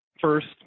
First